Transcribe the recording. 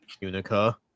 Unica